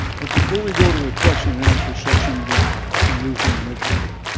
but before we go to the question and answer session with my new friend rich reddick,